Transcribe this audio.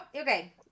okay